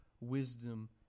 wisdom